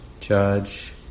judge